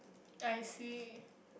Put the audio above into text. I see